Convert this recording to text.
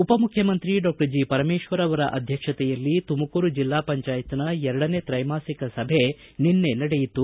ಉಪಮುಖ್ಯಮಂತ್ರಿ doctor G Parameshwar ಅವರ ಅಧ್ಯಕ್ಷತೆಯಲ್ಲಿ ತುಮಕೂರು ಜಿಲ್ಲಾ ಪಂಚಾಯತ್ನ ಎರಡನೇ ತ್ರೈಮಾಸಿಕ ಸಭೆ ನಿನ್ನೆ ನಡೆಯಿತು